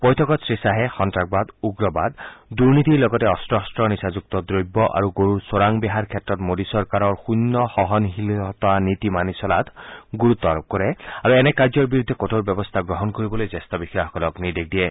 বৈঠকত শ্ৰীয়াহে সন্নাসবাদ উগ্ৰবাদ আৰু দুনীতিৰ লগতে অস্ত্ৰ শস্ত্ৰ নিচাযুক্ত দ্ৰব্য আৰু গৰুৰ চোৰাং বেহাৰ ক্ষেত্ৰত মোদী চৰকাৰৰ শূন্য সহনশীলতা নীতি মানি চলাত গুৰুত্ আৰোপ কৰে আৰু এনে কাৰ্যৰ বিৰুদ্ধে কঠোৰ ব্যৱস্থা গ্ৰহণ কৰিবলৈ জ্যেষ্ঠ বিষয়াসকলক নিৰ্দেশ দিয়ে